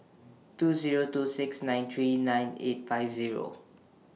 two Zero two six nine three nine eight five Zero